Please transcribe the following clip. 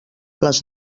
les